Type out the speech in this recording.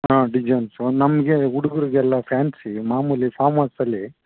ಹಾಂ ಡಿಜೈನ್ಸು ನಮಗೆ ಹುಡುಗುರ್ಗೆಲ್ಲಾ ಫ್ಯಾನ್ಸಿ ಮಾಮೂಲಿ ಫಾರ್ಮಲ್ಸಲ್ಲಿ